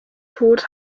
tod